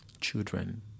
children